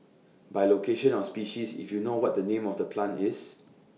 by location or species if you know what the name of the plant is